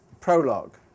prologue